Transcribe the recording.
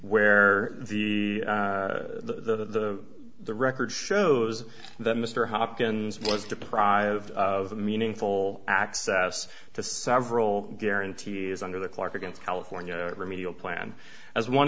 where the the the record shows that mr hopkins was deprived of a meaningful access to several guarantee is under the clock against california remedial plan as one